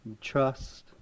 Trust